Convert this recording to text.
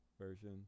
version